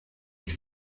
ich